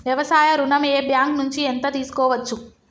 వ్యవసాయ ఋణం ఏ బ్యాంక్ నుంచి ఎంత తీసుకోవచ్చు?